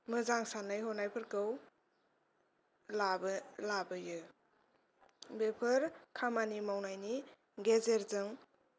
मोजां साननाय हनायफोरखौ लाबो लाबोयो बेफोर खामानि मावनायनि गेजेरजों